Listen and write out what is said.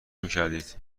میکردید